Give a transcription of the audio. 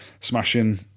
smashing